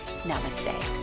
Namaste